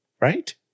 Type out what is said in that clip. right